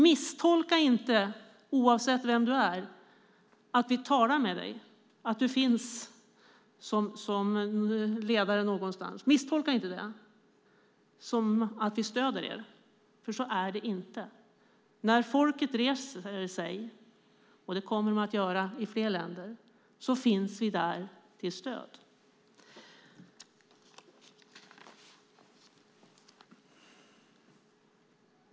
Misstolka inte att vi talar med dig om du är ledare någonstans. Tolka inte det som att vi stöder dig, för så är det inte. När folket reser sig - det kommer man att göra i fler länder - finns vi där till stöd.